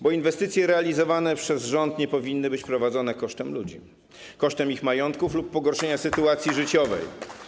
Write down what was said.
Bo inwestycje realizowane przez rząd nie powinny być prowadzone kosztem ludzi, kosztem ich majątków lub pogorszenia sytuacji życiowej.